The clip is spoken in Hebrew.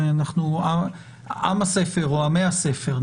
אנחנו עם הספר או עמי הספר.